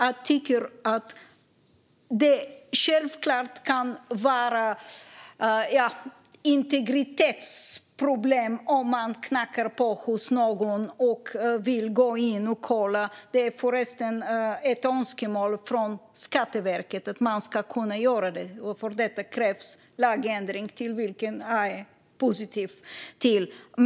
Det kan självklart finnas integritetsproblem om man knackar på hos någon och vill gå in och kolla. Det är förresten ett önskemål från Skatteverket att man ska kunna göra det. För det krävs lagändring, till vilken jag är positiv.